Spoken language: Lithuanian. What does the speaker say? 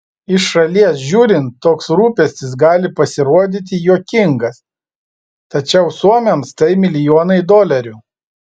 iš šalies žiūrint toks rūpestis gali pasirodyti juokingas tačiau suomiams tai milijonai dolerių